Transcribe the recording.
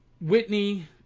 Whitney